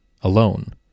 alone